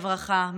זיכרונה לברכה,